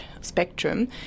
spectrum